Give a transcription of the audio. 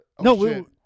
No